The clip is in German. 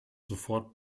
sofort